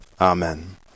Amen